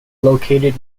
located